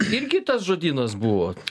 irgi tas žodynas buvo